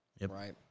right